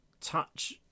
touch